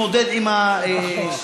להתמודד עם להתבחבש.